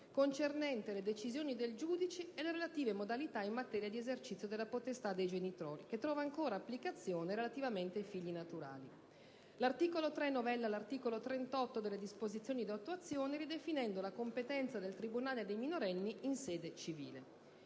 concernente le decisioni del giudice e le relative modalità in materia di esercizio della potestà dei genitori, che trova ancora applicazione relativamente ai figli naturali. L'articolo 3 novella l'articolo 38 delle disposizioni di attuazione del codice civile, ridefinendo la competenza del tribunale dei minori in sede civile.